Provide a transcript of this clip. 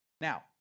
Now